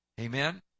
Amen